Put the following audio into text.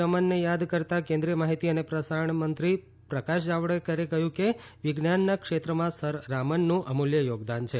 રમનને યાદ કરતાં કેન્દ્રીય માહિતી અને પ્રસારણ પ્રધાન પ્રકાશ જાવડેકરે કહ્યું કે વિજ્ઞાનના ક્ષેત્રમાં સર રામનનું અમુલ્ય યોગદાન છે